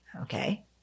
Okay